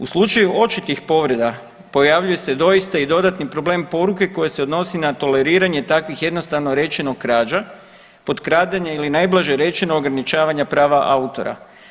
U slučaju očitih povreda pojavljuje se doista i dodatni problem poruke koji se odnosni na toleriranje takvih jednostavno rečeno krađa, potkradanje ili najblaže rečeno ograničavanje prava autora.